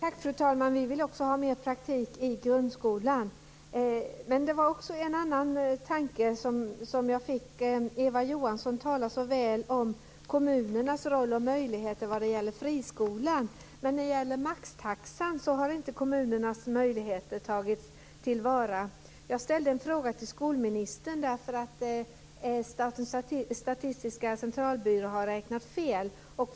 Fru talman! Vi vill också ha mer praktik i grundskolan. Men det var också en annan tanke jag fick. Eva Johansson talar så väl om kommunernas roll och om möjligheterna vad gäller friskolan. Men när det gäller maxtaxan har inte kommunernas möjligheter tagits till vara. Jag ställde en fråga till skolministern eftersom den statliga Statistiska centralbyrån har räknat fel.